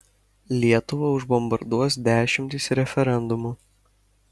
lietuvą užbombarduos dešimtys referendumų